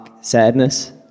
sadness